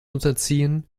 unterziehen